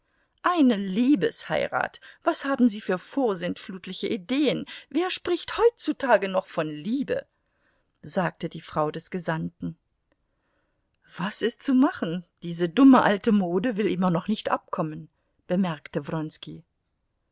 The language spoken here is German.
eine liebesheirat was haben sie für vorsintflutliche ideen wer spricht heutzutage noch von liebe sagte die frau des gesandten was ist zu machen diese dumme alte mode will immer noch nicht abkommen bemerkte